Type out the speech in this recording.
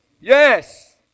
yes